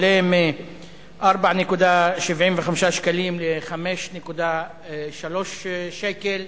עלה מ-4.75 שקלים ל-5.3 שקלים.